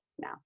now